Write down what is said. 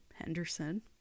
Henderson